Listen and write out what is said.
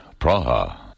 Praha